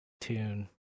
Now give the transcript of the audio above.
tune